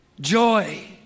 joy